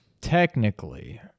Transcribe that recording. technically